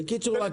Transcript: בקיצור,